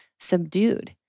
subdued